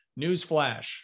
Newsflash